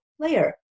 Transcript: player